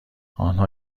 آنها